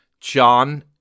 John